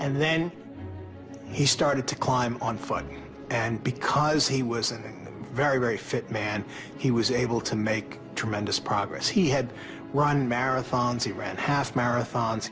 and then he started to climb on fire and because he was in very very fit man he was able to make tremendous progress he had run marathons he ran half marathon